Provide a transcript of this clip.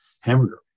hamburger